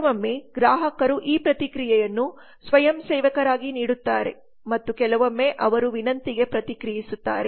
ಕೆಲವೊಮ್ಮೆ ಗ್ರಾಹಕರು ಈ ಪ್ರತಿಕ್ರಿಯೆಗಳನ್ನು ಸ್ವಯಂಸೇವಕರಾಗಿ ನೀಡುತ್ತಾರೆ ಮತ್ತು ಕೆಲವೊಮ್ಮೆ ಅವರು ವಿನಂತಿಗೆ ಪ್ರತಿಕ್ರಿಯೆ ಸುತ್ತಾರೆ